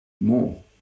more